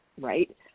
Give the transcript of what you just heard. right